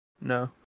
No